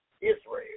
Israel